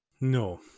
No